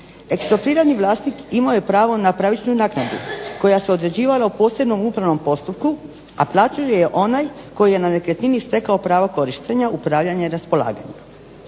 Eksproprirani vlasnik imao je pravo na pravičnu naknadu koja se određivala u posebnom upravnom postupku a plaćao je onaj tko je na nekretnini stekao pravo korištenja upravljanja i raspolaganja.